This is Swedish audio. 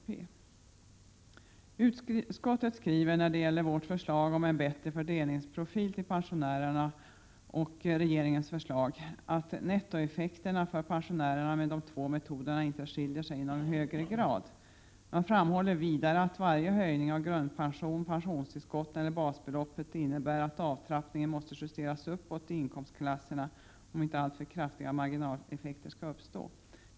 Med anledning av vårt och regeringens förslag om en bättre fördelningsprofil skriver utskottet, att nettoeffekterna för pensionärerna av de två metoderna inte skiljer sig i någon högre grad. Utskottet framhåller vidare att varje höjning av grundpensionen, pensionstillskotten eller basbeloppet innebär att avtrappningen måste justeras uppåt i inkomstklasserna, om inte alltför kraftiga marginaleffekter skall uppstå.